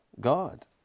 God